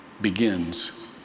begins